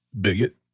bigot